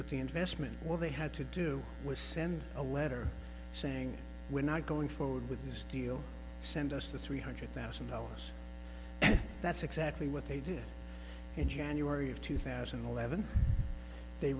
with the investment what they had to do send a letter saying we're not going forward with this deal send us the three hundred thousand dollars and that's exactly what they did in january of two thousand and eleven they